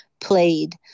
played